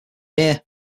year